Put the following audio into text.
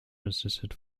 resisted